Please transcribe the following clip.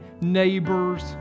neighbors